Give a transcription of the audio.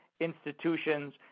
institutions